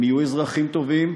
הם יהיו אזרחים טובים,